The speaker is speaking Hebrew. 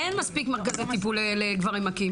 אין מספיק מרכזי טיפול לגברים מכים,